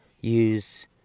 use